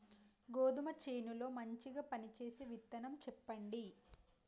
గోధుమ చేను లో మంచిగా పనిచేసే విత్తనం చెప్పండి?